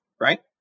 Right